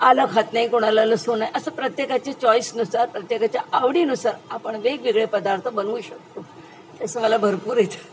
आलं खात नाही कोणाला लसूण नाही असं प्रत्येकाच्या चॉईसनुसार प्रत्येकाच्या आवडीनुसार आपण वेगवेगळे पदार्थ बनवू शकतो असं मला भरपूर येतं